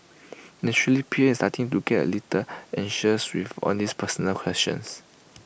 naturally P M is starting to get A little anxious with all these personal questions